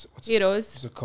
Heroes